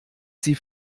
sie